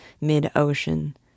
mid-ocean